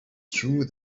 true